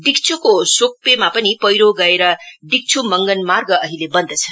डिक्छुको सोक्पेमा पनि पैह्रो गएर डिक्छु मंगन मार्ग अहिले बन्द छ